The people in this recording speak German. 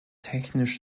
technisch